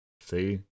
See